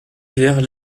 vers